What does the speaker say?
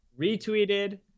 Retweeted